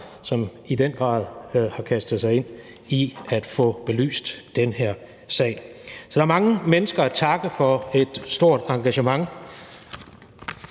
som i den grad har kastet sig ind i at få belyst den her sag. Så der er mange mennesker at takke for et stort engagement,